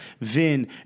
Vin